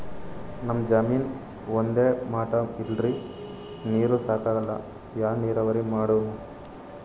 ನಮ್ ಜಮೀನ ಒಂದೇ ಮಟಾ ಇಲ್ರಿ, ನೀರೂ ಸಾಕಾಗಲ್ಲ, ಯಾ ನೀರಾವರಿ ಮಾಡಮು?